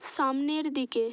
সামনের দিকে